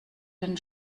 den